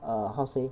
err how say